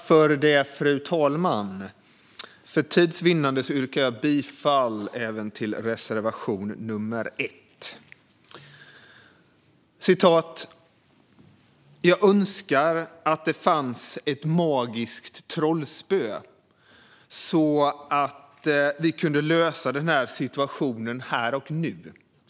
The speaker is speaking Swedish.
Fru talman! För tids vinnande yrkar jag bifall endast till reservation nr 1. "Jag önskar att det fanns ett magiskt trollspö så att vi kunde lösa den här situationen här och nu."